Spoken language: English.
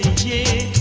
da